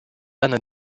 anne